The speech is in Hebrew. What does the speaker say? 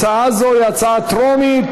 הצעה זו היא הצעה טרומית.